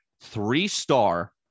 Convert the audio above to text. Three-star